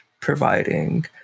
providing